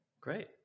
great